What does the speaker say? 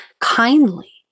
kindly